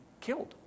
killed